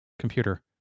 Computer